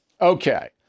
Okay